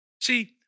See